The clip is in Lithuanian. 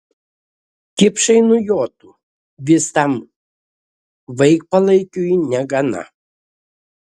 kipšai nujotų vis tam vaikpalaikiui negana